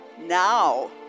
Now